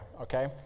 okay